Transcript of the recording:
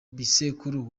bisekuru